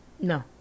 No